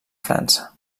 frança